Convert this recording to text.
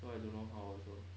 so I don't know how also